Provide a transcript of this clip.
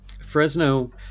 Fresno